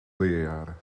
leerjaren